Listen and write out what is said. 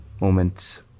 moments